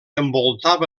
envoltava